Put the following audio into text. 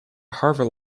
harvard